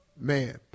man